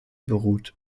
beruht